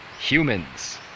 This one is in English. humans